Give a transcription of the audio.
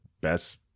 best